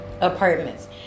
apartments